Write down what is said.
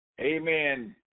Amen